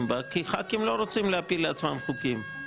בה כי ח"כים לא רוצים להפיל לעצמם חוקים.